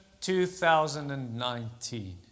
2019